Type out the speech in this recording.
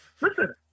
Listen